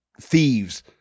thieves